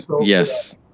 Yes